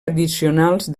addicionals